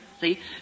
See